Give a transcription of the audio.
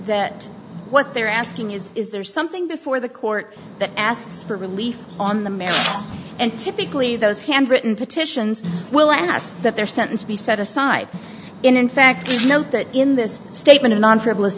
that what they're asking is is there something before the court that asks for relief on the merits and typically those handwritten petitions will ask that their sentence be set aside in fact we note that in this statement of non frivolous